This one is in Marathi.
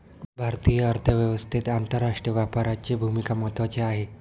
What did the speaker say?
भारतीय अर्थव्यवस्थेत आंतरराष्ट्रीय व्यापाराची भूमिका महत्त्वाची आहे